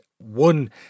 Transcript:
one